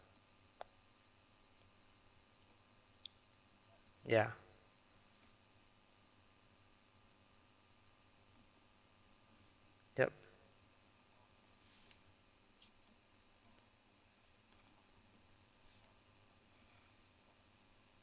ya yup